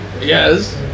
Yes